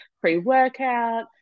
pre-workout